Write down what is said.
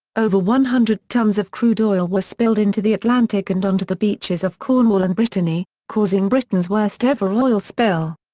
over one hundred tonnes of crude oil were spilled into the atlantic and onto the beaches of cornwall and brittany, causing britain's worst-ever oil spill.